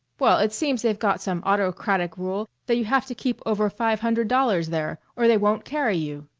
well, it seems they've got some autocratic rule that you have to keep over five hundred dollars there or they won't carry you.